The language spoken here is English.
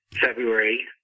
February